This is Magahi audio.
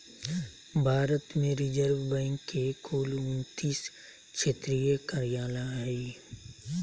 भारत में रिज़र्व बैंक के कुल उन्तीस क्षेत्रीय कार्यालय हइ